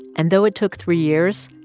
and though it took three years,